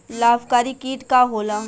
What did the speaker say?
लाभकारी कीट का होला?